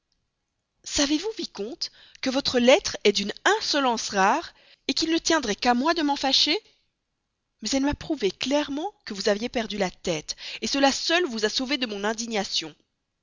savez-vous vicomte que votre lettre est d'une insolence rare qu'il n'a tenu qu'à moi de m'en fâcher mais elle m'a prouvé clairement que vous aviez perdu la tête cela seul vous a sauvé de mon indignation